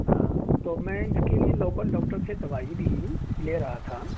ہاں تو میں اس کے لیے لوکل ڈاکٹر سے دوائی بھی لے رہا تھا